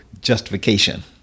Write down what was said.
justification